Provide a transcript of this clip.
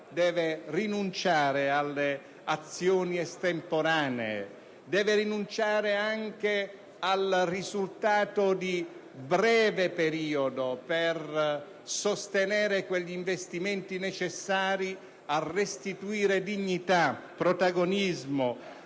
deve rinunciare alle azioni estemporanee; deve rinunciare anche al risultato di breve periodo per sostenere quegli investimenti necessari a ridare dignità e protagonismo